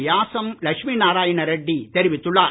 யாசம் லட்சுமி நாராயண ரெட்டி தெரிவித்துள்ளார்